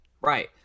Right